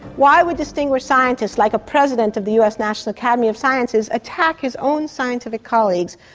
why would distinguished scientists like a president of the us national academy of sciences attack his own scientific colleagues,